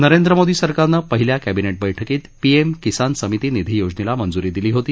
नरेंद्र मोदी सरकारने पहिल्या कॅबिनेट बैठकीत पीएम किसान समिती निधी योजनेला मंजूरी दिली होती